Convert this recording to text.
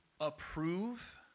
approve